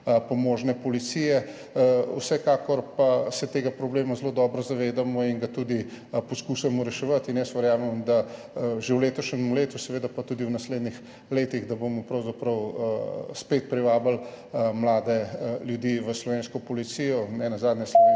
pomožne policije, vsekakor pa se tega problema zelo dobro zavedamo in ga tudi poskušamo reševati, verjamem, da že v letošnjem letu, seveda pa tudi v naslednjih letih, da bomo pravzaprav spet privabili mlade ljudi v slovensko policijo. Nenazadnje je